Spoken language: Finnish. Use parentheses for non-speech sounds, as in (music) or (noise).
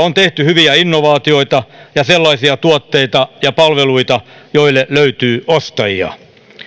(unintelligible) on tehty hyviä innovaatioita ja sellaisia tuotteita ja palveluita joille löytyy ostajia